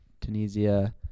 Tunisia